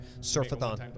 surfathon